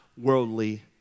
worldly